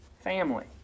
Family